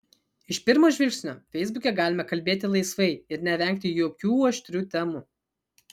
iš pirmo žvilgsnio feisbuke galima kalbėti laisvai ir nevengti jokių aštrių temų